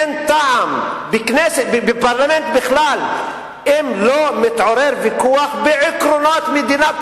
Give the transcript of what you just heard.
אין טעם בכנסת ובפרלמנט בכלל אם לא מתעורר ויכוח על עקרונות מדינה,